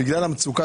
בגלל המצוקה,